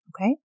Okay